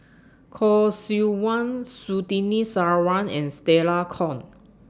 Khoo Seok Wan Surtini Sarwan and Stella Kon